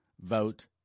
vote